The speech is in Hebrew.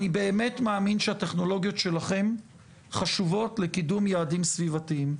אני באמת מאמין שהטכנולוגיות שלכם חשובות לקידום יעדים סביבתיים,